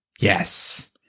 Yes